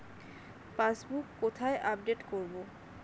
Passbook কোথায় update করব?